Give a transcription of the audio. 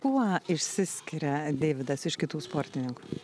kuo išsiskiria deividas iš kitų sportinink